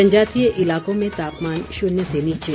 जनतजातीय इलाकों में तापमान शून्य से नीचे